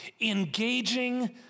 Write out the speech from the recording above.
engaging